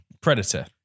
Predator